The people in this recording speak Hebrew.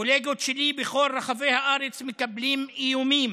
קולגות שלי בכל רחבי הארץ מקבלים איומים,